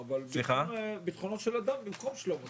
ביטחונו של אדם במקום שלום הציבור.